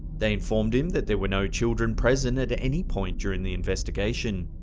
they informed him that there were no children present at any point during the investigation.